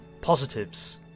positives